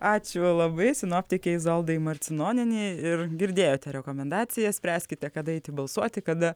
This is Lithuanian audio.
ačiū labai sinoptikė izolda marcinonienė ir girdėjote rekomendaciją spręskite kada eiti balsuoti kada